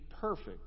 perfect